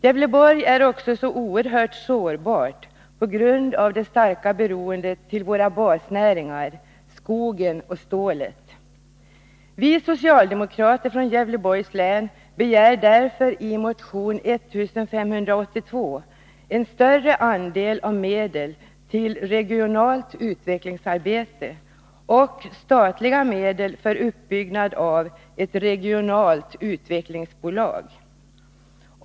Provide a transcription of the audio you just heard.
Gävleborgs län är också oerhört sårbart på grund av det starka beroendet av våra basnäringar skogen och stålet. Vi socialdemokrater från Gävleborgs län begär därför i motion 1582 en större andel av medlen till regionalt utvecklingsarbete och statliga medel för uppbyggnad av ett regionalt utvecklingsbolag.